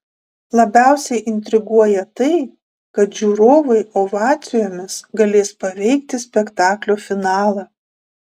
labiausiai intriguoja tai kad žiūrovai ovacijomis galės paveikti spektaklio finalą